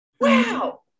wow